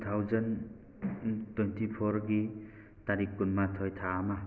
two thousand twenty ꯐꯣꯔꯒꯤ ꯇꯥꯔꯤꯛ ꯀꯨꯟꯃꯥꯊꯣꯏ ꯊꯥ ꯑꯃ